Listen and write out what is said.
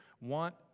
want